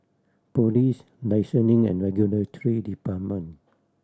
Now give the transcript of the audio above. Police Licensing and Regulatory Department